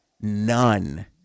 none